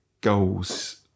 goals